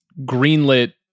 greenlit